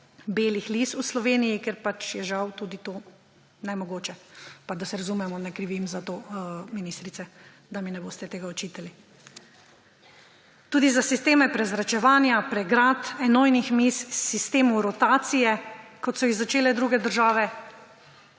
belih lis v Sloveniji, ker pač je žal tudi to nemogoče. Pa da se razumemo, ne krivim za to ministrice, da mi ne boste tega očitali. Tudi za sisteme prezračevanja, pregrad, enojnih miz, sistemu rotacije, kot so jih začele druge države,